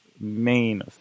main